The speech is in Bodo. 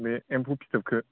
बे एम्फौ फिथोबखौ